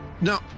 No